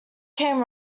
came